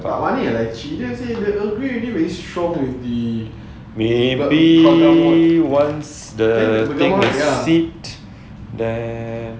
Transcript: is it dah maybe once the thing sit then